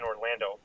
Orlando